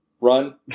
Run